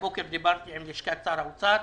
הבוקר דיברתי עם לשכת שר האוצר.